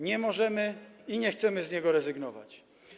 Nie możemy i nie chcemy z niego rezygnować.